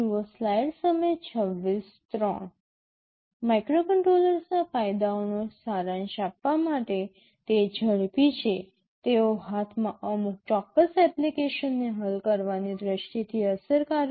માઇક્રોકન્ટ્રોલર્સના ફાયદાઓનો સારાંશ આપવા માટે તે ઝડપી છે તેઓ હાથમાં અમુક ચોક્કસ એપ્લિકેશનને હલ કરવાની દ્રષ્ટિથી અસરકારક છે